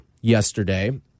yesterday